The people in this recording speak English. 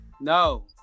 no